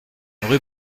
rue